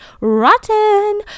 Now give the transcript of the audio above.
rotten